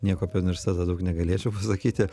nieko apie universitetą daug negalėčiau pasakyti